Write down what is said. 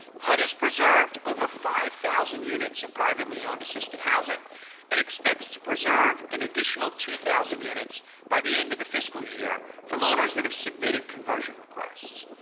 hud has preserved eleven over five thousand units of privately owned assisted housing and expects to preserve an additional two thousand units by the end of the fiscal year from owners that have submitted conversion requests.